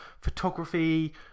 photography